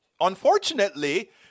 Unfortunately